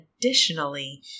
Additionally